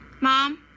Mom